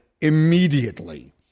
immediately